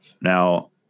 Now